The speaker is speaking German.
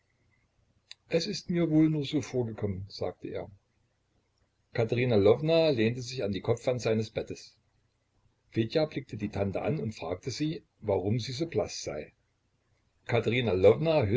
es ist mir wohl nur so vorgekommen sagte er katerina lwowna lehnte sich an die kopfwand seines bettes fedja blickte die tante an und fragte sie warum sie so blaß sei katerina